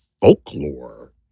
folklore